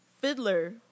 Fiddler